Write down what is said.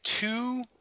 two –